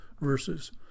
verses